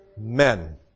Men